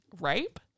rape